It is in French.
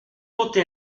toute